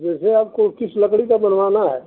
जैसे आपको किस लकड़ी का बनवाना है